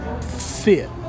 fit